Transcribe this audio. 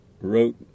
wrote